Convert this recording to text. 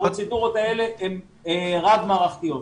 הפרוצדורות האלה הן רב מערכתיות.